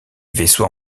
vaisseaux